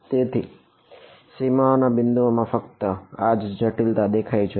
તેથી સીમાઓના બિંદુઓમાં ફક્ત આ જ જટિલતા દેખાય છે